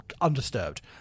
undisturbed